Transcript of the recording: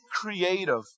creative